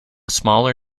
smaller